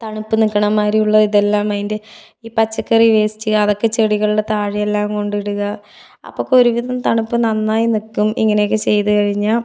തണുപ്പ് നിക്കണ മാതിരി ഉള്ള ഇതെല്ലാമതിൻ്റെ ഈ പച്ചക്കറി വേസ്റ്റ് അതൊക്കെ ചെടികളുടെ താഴെ എല്ലാം കൊണ്ട് ഇടുക അപ്പോഴൊക്കെ ഒരു വിധം തണുപ്പ് നന്നായി നിൽക്കും ഇങ്ങനെയൊക്കെ ചെയ്തു കഴിഞ്ഞാൽ